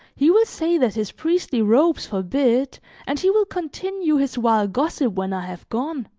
he will say that his priestly robes forbid and he will continue his vile gossip when i have gone.